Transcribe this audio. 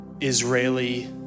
Israeli